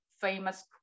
famous